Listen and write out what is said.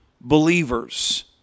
believers